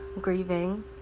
grieving